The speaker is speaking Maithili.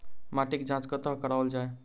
माटिक जाँच कतह कराओल जाए?